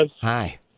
Hi